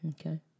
Okay